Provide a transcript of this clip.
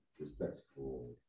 respectful